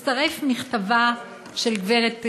מצטרף מכתבה של גברת